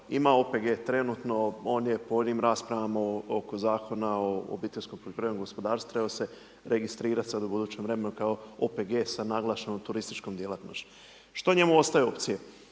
ima OPG trenutno on je po onim raspravama oko Zakona o obiteljskom poljoprivrednom gospodarstvu trebao se registrirat sad u budućem vremenu kao OPG sa naglašenom turističkom djelatnošću. Što njemu ostaje opcije?